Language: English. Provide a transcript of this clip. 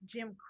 Jim